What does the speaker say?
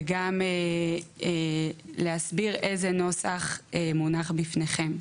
וגם להסביר איזה נוסח מונח בפניכם,